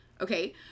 Okay